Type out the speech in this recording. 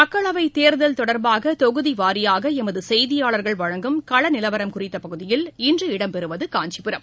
மக்களவைத் தேர்தல் தொடர்பாக தொகுதி வாரியாக எமது செய்தியாளர்கள் வழங்கும் களநிலவரம் குறித்த பகுதியில் இன்று இடம் பெறுவது காஞ்சிபுரம்